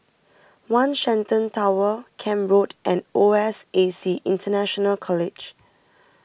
one Shenton Tower Camp Road and O S A C International College